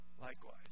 Likewise